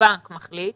הבנק מחליט.